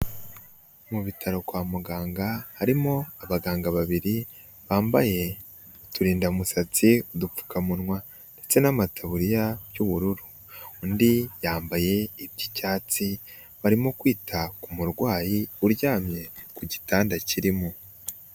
Mu bitaro kwa muganga harimo abaganga babiri bambaye uturinda musatsi, dupfukamunwa ndetse n'amataburiya y'ubururu, undi yambaye iby'icyatsi barimo kwita ku murwayi uryamye ku gitanda kirimo.